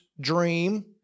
dream